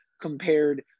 compared